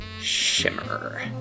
Shimmer